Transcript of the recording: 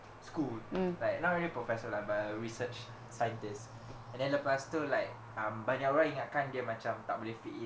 school like not really a professor lah by research scientists and then lepas tu like um banyak orang ingatkan dia macam tak boleh fit in